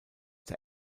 der